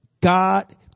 God